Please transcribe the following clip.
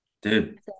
dude